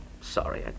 sorry